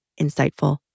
insightful